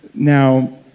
now,